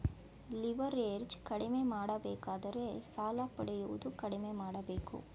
leverage ಕಡಿಮೆ ಮಾಡಬೇಕಾದರೆ ಸಾಲ ಪಡೆಯುವುದು ಕಡಿಮೆ ಮಾಡಬೇಕು